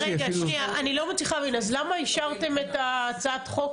אני לא מצליחה להבין למה אישרתם את הצעת החוק